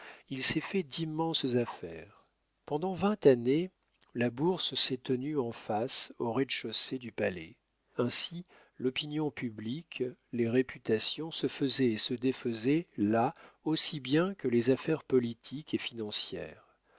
il s'est fait d'immenses affaires pendant vingt années la bourse s'est tenue en face au rez-de-chaussée du palais ainsi l'opinion publique les réputations se faisaient et se défaisaient là aussi bien que les affaires politiques et financières